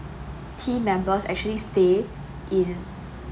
team members actually stay in